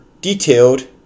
detailed